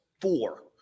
four